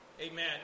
Amen